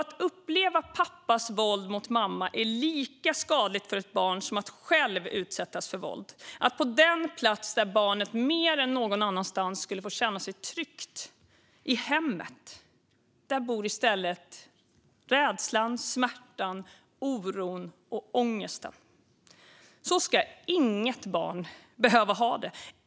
Att uppleva pappas våld mot mamma är lika skadligt för ett barn som att själv utsättas för våld. På den plats där barnet mer än någon annanstans skulle få känna sig tryggt, i hemmet, bor i stället rädslan, smärtan, oron och ångesten. Så ska inget barn behöva ha det.